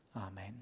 Amen